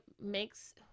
makes